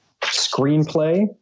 screenplay